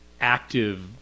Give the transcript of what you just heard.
active